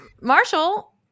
Marshall